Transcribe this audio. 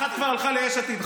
אחת כבר הלכה ליש עתיד.